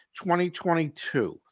2022